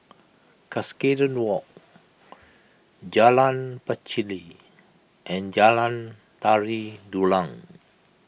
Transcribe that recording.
Cuscaden Walk Jalan Pacheli and Jalan Tari Dulang